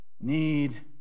need